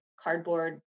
cardboard